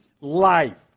life